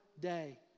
day